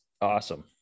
awesome